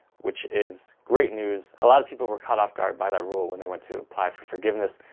which is great news. a lot of people were caught off guard by that rule when they went to apply for forgiveness.